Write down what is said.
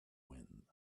when